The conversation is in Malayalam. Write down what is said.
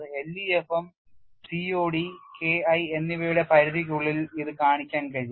LEFM COD KI എന്നിവയുടെ പരിധിക്കുള്ളിൽ ഇത് കാണിക്കാൻ കഴിയും